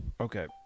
Okay